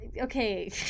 okay